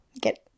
get